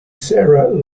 sarah